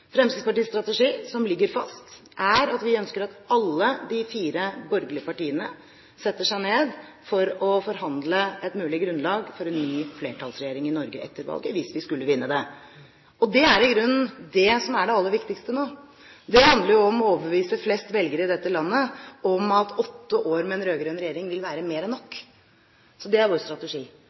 Fremskrittspartiets strategi, som ligger fast, er at vi ønsker at alle de fire borgerlige partiene setter seg ned for å forhandle et mulig grunnlag for en ny flertallsregjering i Norge etter valget – hvis vi skulle vinne det, og det er i grunnen det som er det aller viktigste nå. Det handler jo om å overbevise flest mulig velgere i dette landet om at åtte år med en rød-grønn regjering vil være mer enn nok. Så det er vår strategi.